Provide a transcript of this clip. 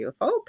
UFO